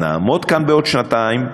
נעמוד כאן בעוד שנתיים,